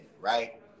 right